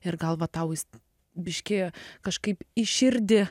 ir gal va tau jis biškį kažkaip į širdį